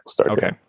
okay